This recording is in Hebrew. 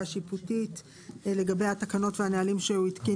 שיפוטית לגבי התקנות והנהלים שהוא התקין